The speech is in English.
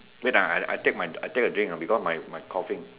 wait ah I I take my I take a drink ah because my my coughing